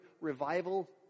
revival